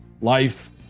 life